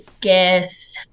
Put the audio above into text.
guess